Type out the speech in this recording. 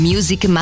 Music